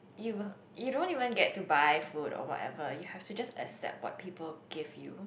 you you don't even get to buy food or whatever you have to just accept what people give you